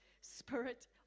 spirit